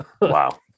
Wow